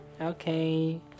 Okay